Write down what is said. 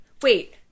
Wait